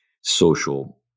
social